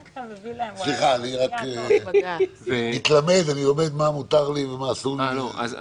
פה, באמת, זאת לא הסיטואציה.